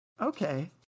okay